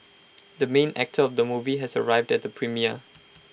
the main actor of the movie has arrived at the premiere